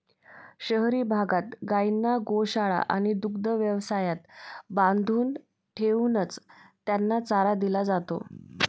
शहरी भागात गायींना गोशाळा आणि दुग्ध व्यवसायात बांधून ठेवूनच त्यांना चारा दिला जातो